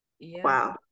wow